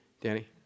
Danny